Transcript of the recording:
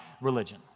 religion